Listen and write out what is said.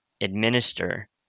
administer